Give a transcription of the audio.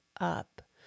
up